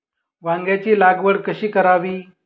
वांग्यांची लागवड कशी करावी?